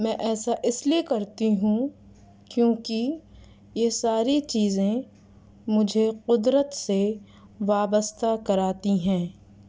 میں ایسا اس لیے کرتی ہوں کیوں کہ یہ ساری چیزیں مجھے قدرت سے وابستہ کراتی ہیں